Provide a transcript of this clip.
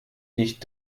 nicht